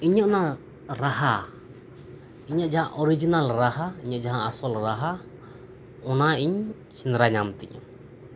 ᱤᱧᱟᱹᱜ ᱚᱱᱟ ᱨᱟᱦᱟ ᱤᱧᱟᱹᱜ ᱡᱟᱦᱟᱸ ᱚᱨᱤᱡᱤᱱᱟᱞ ᱨᱟᱦᱟ ᱤᱧᱟᱹᱜ ᱡᱟᱦᱟᱸ ᱟᱥᱚᱞ ᱨᱟᱦᱟ ᱚᱱᱟ ᱤᱧ ᱥᱮᱸᱫᱽᱨᱟ ᱧᱟᱢ ᱛᱤᱧᱟᱹ